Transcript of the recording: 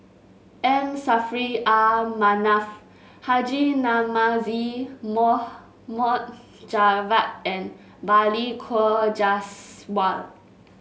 M Saffri Ah Manaf Haji Namazie Mohd Mohd Javad and Balli Kaur Jaswal